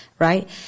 Right